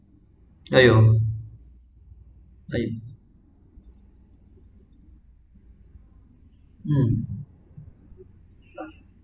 !aiyo! um